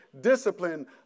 discipline